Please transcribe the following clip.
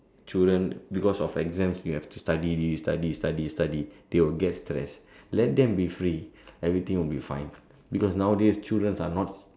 children because of exam they have to study this study study study they'll get stressed let them be free everything will be fine because nowadays children are not